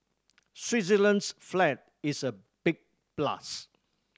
Switzerland's flag is a big plus